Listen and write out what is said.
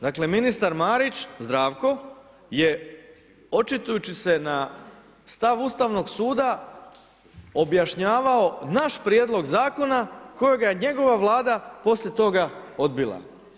Dakle, ministar Marić Zdravko je očitujući se na stav Ustavnog suda objašnjavao naš prijedlog zakona kojega je njegova Vlada poslije toga odbila.